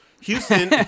Houston